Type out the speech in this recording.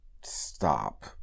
stop